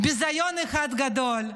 ביזיון אחד גדול.